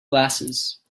glasses